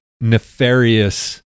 nefarious